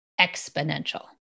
exponential